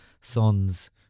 sons